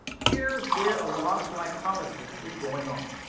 here's where a lot of glycolysis is going on.